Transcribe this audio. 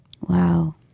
Wow